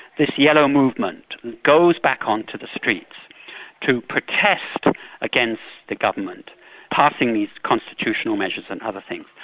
this yellow movement goes back onto the streets to protest against the government passing these constitutional measures and other things,